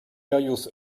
berrios